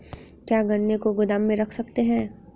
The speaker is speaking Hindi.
क्या गन्ने को गोदाम में रख सकते हैं?